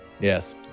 Yes